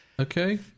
Okay